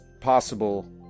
possible